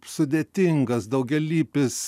sudėtingas daugialypis